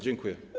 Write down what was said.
Dziękuję.